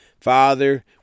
Father